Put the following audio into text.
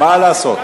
מה לעשות.